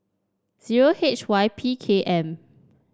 zero H Y P K M